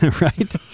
right